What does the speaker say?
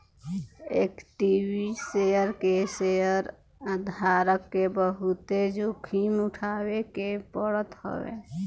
equity share में शेयरधारक के बहुते जोखिम उठावे के पड़त हवे